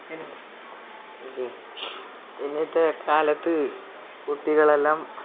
ഇന്നത്തെ കാലത്ത് കുട്ടികളെല്ലാം